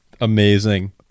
Amazing